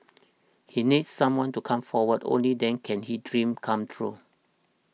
he needs someone to come forward only then can he dream come true